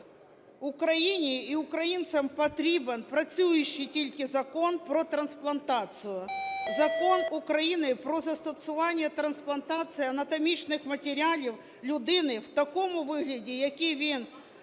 Україні і українцям потрібен працюючий тільки закон про трансплантацію. Закон України "Про застосування трансплантації анатомічних матеріалів людині" в такому вигляді, в якому він